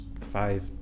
five